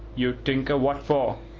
you tinker! what for?